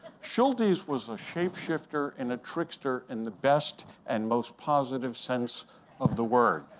schultes was a shapeshifter and a trickster in the best and most positive sense of the word.